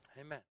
Amen